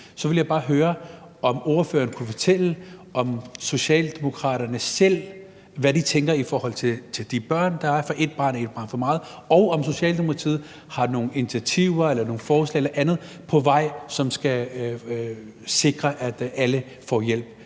Så vil jeg bare høre, om ordføreren kunne fortælle, hvad Socialdemokraterne selv tænker i forhold til de børn – og et barn er et barn for meget – og om Socialdemokratiet har nogle initiativer eller nogle forslag eller andet på vej, som skal sikre, at alle får hjælp.